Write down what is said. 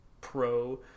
pro